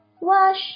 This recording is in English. wash